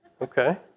Okay